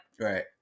Right